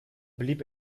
blieb